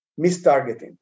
mistargeting